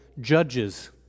Judges